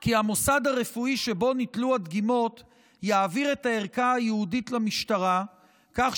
כי המוסד הרפואי שבו ניטלו הדגימות יעביר את הערכה הייעודית למשטרה כך